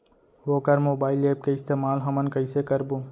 वोकर mobile app के इस्तेमाल हमन कइसे करबो?